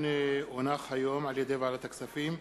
ההצעה תעבור לדיון בוועדת העבודה,